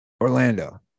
Orlando